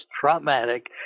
traumatic